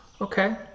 Okay